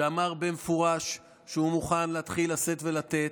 שאמר במפורש שהוא מוכן להתחיל לשאת ולתת,